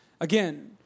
again